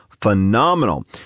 phenomenal